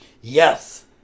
Yes